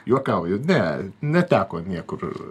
juokauju ne neteko niekur